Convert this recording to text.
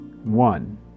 One